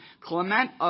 Clement